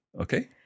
Okay